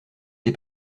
des